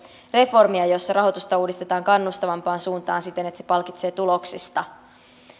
reformia jossa rahoitusta uudistetaan kannustavampaan suuntaan siten että se palkitsee tuloksista